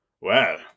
Well